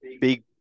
big